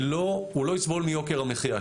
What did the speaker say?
הוא לא יסבול מיוקר המחיה,